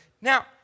now